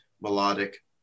melodic